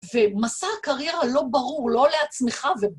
ומסע הקריירה לא ברור, לא לעצמך